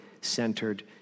centered